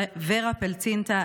ורה פלצינטה,